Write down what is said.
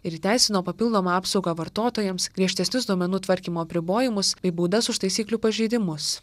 ir įteisino papildomą apsaugą vartotojams griežtesnius duomenų tvarkymo apribojimus bei baudas už taisyklių pažeidimus